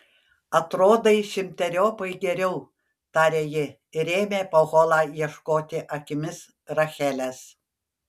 atrodai šimteriopai geriau tarė ji ir ėmė po holą ieškoti akimis rachelės